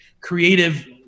creative